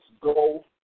go